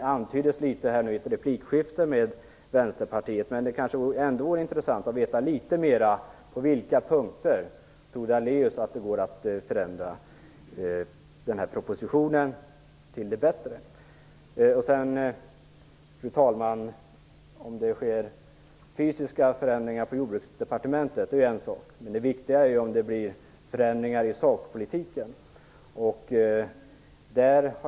Det antyddes litet i ett replikskifte där en centerpartist deltog, men det vore intressant att få veta litet mer om på vilka punkter Lennart Daléus tror att det går att ändra propositionen till det bättre. Fru talman! Att det sker fysiska förändringar inom Jordbruksdepartementet är en sak, men det viktiga är om det blir förändringar i sakpolitiken.